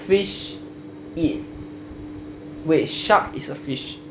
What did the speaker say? fish eat wait shark is a fish